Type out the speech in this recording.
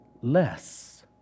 less